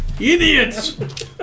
Idiots